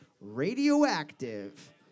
Radioactive